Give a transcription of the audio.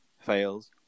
fails